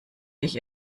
ich